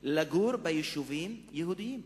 לגור ביישובים יהודיים.